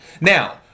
Now